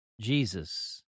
Jesus